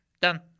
done